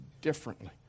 differently